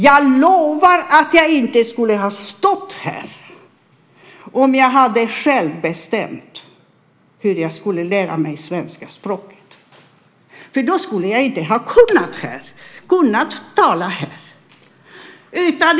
Jag lovar att jag inte skulle ha stått här om jag själv hade bestämt hur jag skulle lära mig svenska språket. Då skulle jag inte ha kunnat tala här.